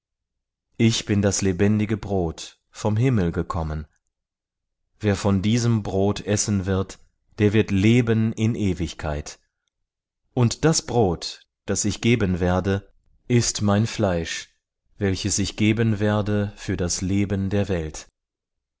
ich bin das lebendige brot vom himmel gekommen wer von diesem brot essen wird der wird leben in ewigkeit und das brot daß ich geben werde ist mein fleisch welches ich geben werde für das leben der welt